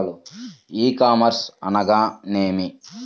ఈ కామర్స్ అనగానేమి?